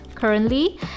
currently